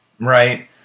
Right